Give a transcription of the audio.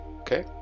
okay